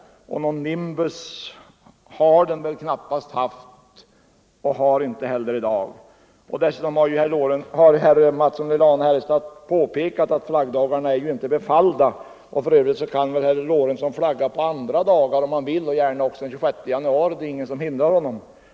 Någon nimbus har väl almanackan knappast haft, och den har det inte heller i dag. Dessutom har ju herr Mattsson i Lane-Herrestad påpekat att flaggdagarna inte är befallda. Och för övrigt kan väl herr Lorentzon flagga på andra dagar och gärna också den 26 januari — det är ingenting som hindrar honom från detta.